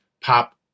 pop